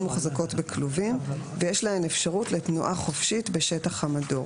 מוחזקות בכלובים ויש להן אפשרות לתנועה חופשית בשטח המדור.